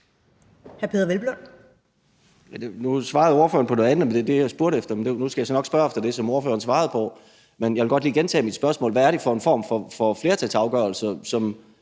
Hvelplund (EL): Nu svarede ordføreren på noget andet end det, jeg spurgte om, men nu skal jeg nok spørge om det, ordføreren svarede på. Men jeg vil godt lige gentage mit spørgsmål: Hvad er det for en form for flertalsafgørelse, som